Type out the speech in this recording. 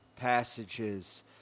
passages